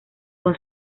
con